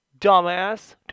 dumbass